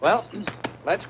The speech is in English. well let's